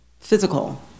physical